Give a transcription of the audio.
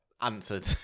answered